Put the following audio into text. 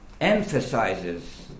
emphasizes